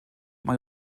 mae